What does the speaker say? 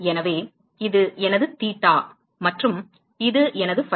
எனவே இது எனது தீட்டா மற்றும் இது எனது ஃபை